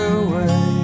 away